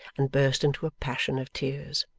and burst into a passion of tears.